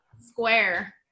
square